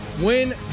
win